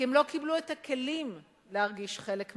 כי הם לא קיבלו את הכלים להרגיש חלק מהחברה.